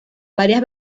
varias